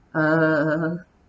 uh